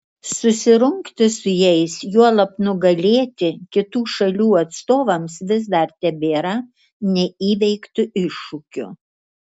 susirungti su jais juolab nugalėti kitų šalių atstovams vis dar tebėra neįveiktu iššūkiu